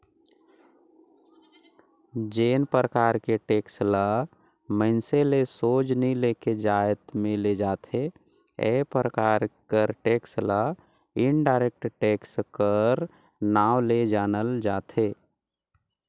जेन परकार के टेक्स ल मइनसे ले सोझ नी लेके जाएत में ले जाथे ए परकार कर टेक्स ल इनडायरेक्ट टेक्स कर नांव ले जानल जाथे